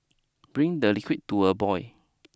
bring the liquid to a boil